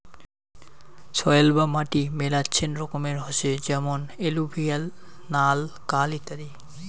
soil বা মাটি মেলাচ্ছেন রকমের হসে যেমন এলুভিয়াল, নাল, কাল ইত্যাদি